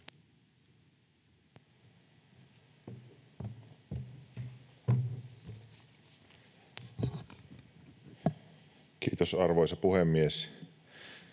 Kiitos, arvoisa puhemies!